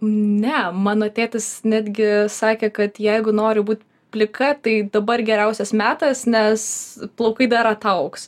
ne mano tėtis netgi sakė kad jeigu noriu būt plika tai dabar geriausias metas nes plaukai dar ataugs